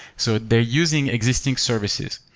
so they're using existing services.